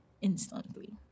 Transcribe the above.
instantly